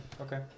Okay